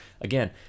again